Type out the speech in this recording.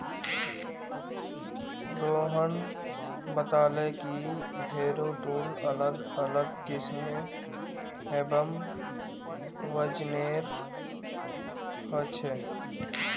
रोहन बताले कि harrow tool अलग अलग किस्म एवं वजनेर ह छे